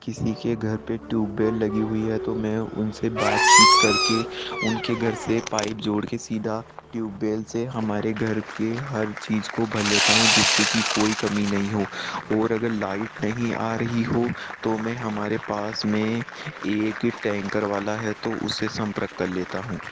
किसी के घर पे ट्यूबवेल लगी हुई है तो मैं उनसे बातचीत करके उनके घर से पाइप जोड़ के सीधा ट्यूबवेल से हमारे घर के हर चीज को भर लेता हूँ जिससे कि कोई कमी नहीं हो और अगर लाइट नहीं आ रही हो तो मैं हमारे पास में एक टैंकर वाला है तो उसे संपर्क कर लेता हूँ